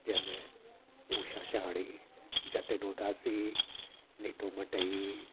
जंहिं में उषा शहाणी जतिन उदासी नीतू मटई